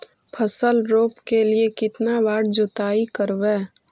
फसल रोप के लिय कितना बार जोतई करबय?